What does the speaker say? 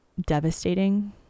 devastating